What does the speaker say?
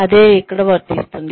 అదే ఇక్కడ వర్తిస్తుంది